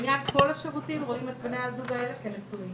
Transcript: לעניין כל השירותים רואים את בני הזוג האלה כנשואים.